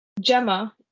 Gemma